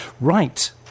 Right